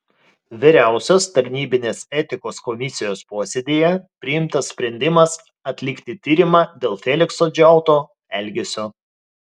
vyriausios tarnybinės etikos komisijos posėdyje priimtas sprendimas atlikti tyrimą dėl felikso džiauto elgesio